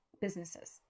businesses